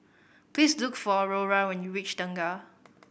please look for Aurora when you reach Tengah